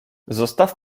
zostaw